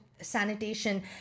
sanitation